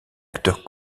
acteur